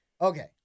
Okay